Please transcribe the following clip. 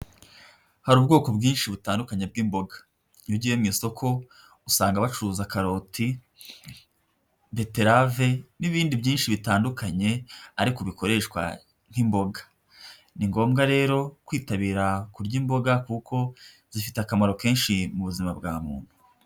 Hari ubwoko bwinshi butandukanye bw'imboga, iyo ugiye mu isoko usanga bacuruza karoti, beterave n'ibindi byinshi bitandukanye ariko bikoreshwa nk'imboga, ni ngombwa rero kwitabira kurya imboga kuko zifite akamaro kenshi mu buzima bwa muntu.